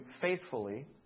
faithfully